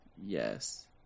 Yes